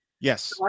Yes